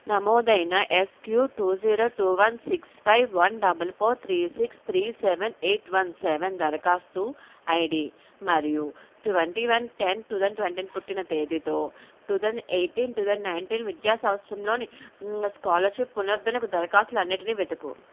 నమోదైన SQ two zero two one six five one double four three six three seven eight one seven దరఖాస్తు ID మరియు twenty one ten two thousand twenty one పుట్టిన తేదీతో two thousand eighteen two thousand nineteen విద్యా సంవత్సరంలోని scholarship పునరుద్ధరణకు దరఖాస్తులు అన్నిటినీ వెతుకు